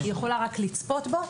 היא יכולה רק לצפות בו.